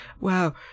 Wow